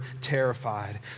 terrified